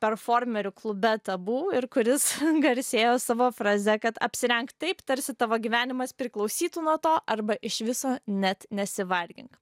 performerių klube tabu ir kuris garsėjo savo fraze kad apsirenk taip tarsi tavo gyvenimas priklausytų nuo to arba iš viso net nesivargink